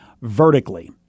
Vertically